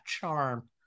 charm